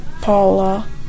Paula